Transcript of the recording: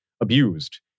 abused